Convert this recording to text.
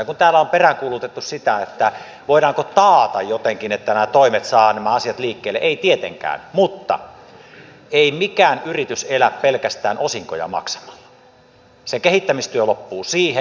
ja kun täällä on peräänkuulutettu sitä voidaanko taata jotenkin että nämä toimet saavat nämä asiat liikkeelle niin ei tietenkään mutta ei mikään yritys elä pelkästään osinkoja maksamalla se kehittämistyö loppuu siihen